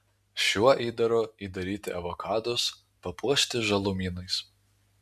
šiuo įdaru įdaryti avokadus papuošti žalumynais